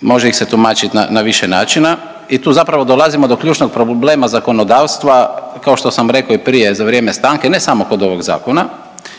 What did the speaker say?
može ih se tumačiti na više načina. I tu zapravo dolazimo do ključnog problema zakonodavstva, kao što sam rekao i prije za vrijeme stanke ne samo kod ovog zakona